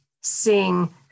sing